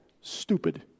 stupid